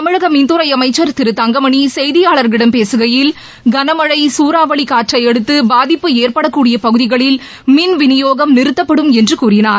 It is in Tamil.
தமிழக மின்துறை அமைச்சர் திரு தங்கமனி செய்தியாளர்களிடம் பேசுகையில் கனமழை குறாவளி காற்றையடுத்து பாதிப்பு ஏற்படக்கூடிய பகுதிகளில் மின் விநியோகம் நிறுத்தப்படும் என்று கூறினார்